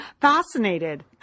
fascinated